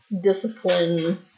discipline